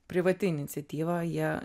privati iniciatyva jie